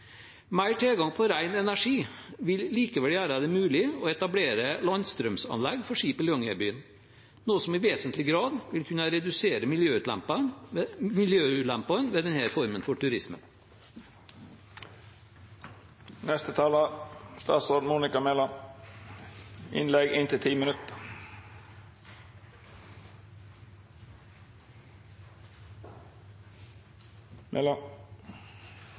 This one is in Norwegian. tilgang på ren energi vil likevel gjøre det mulig å etablere landstrømsanlegg for skip i Longyearbyen, noe som i vesentlig grad vil kunne redusere miljøulempene ved denne formen for turisme.